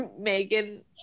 Megan